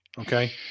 Okay